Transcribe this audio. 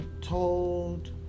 told